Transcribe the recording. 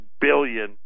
billion